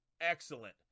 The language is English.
excellent